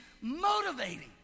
motivating